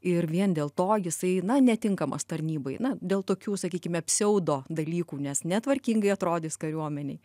ir vien dėl to jisai na netinkamas tarnybai dėl tokių sakykime pseudo dalykų nes netvarkingai atrodys kariuomenėj